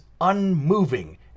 unmoving